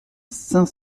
cinq